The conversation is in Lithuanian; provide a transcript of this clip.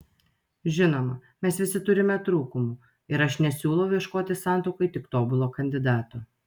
žinoma mes visi turime trūkumų ir aš nesiūlau ieškoti santuokai tik tobulo kandidato